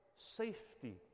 Safety